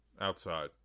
Outside